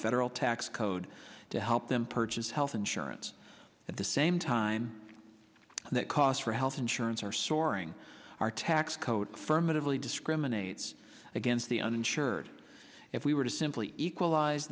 federal tax code to help them purchase health insurance at the same time that costs for health insurance are soaring our tax code firmat it really discriminates against the uninsured if we were to simply equalize